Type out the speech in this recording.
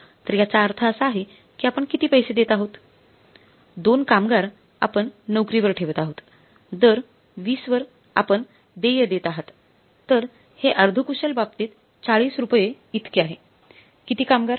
तर याचा अर्थ असा आहे की आपण किती पैसे देत आहात आपण पैसे देत आहात 2 कामगार आपण नोकरीवर ठेवत आहात दर 20 वर आपण देय देत आहात तर हे अर्ध कुशल बाबतीत 40 रुपये इतके आहे किती कामगार